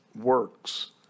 works